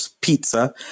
Pizza